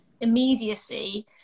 immediacy